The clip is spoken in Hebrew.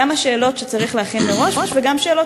גם שאלות שצריך להכין מראש וגם שאלות